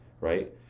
right